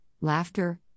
laughter